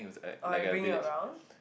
are you bring you around